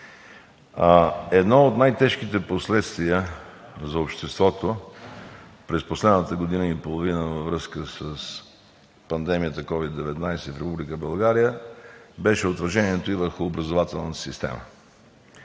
Едно от най-тежките последствия за обществото през последната година и половина във връзка с пандемията COVID-19 в Република България беше отражението й върху образователната система.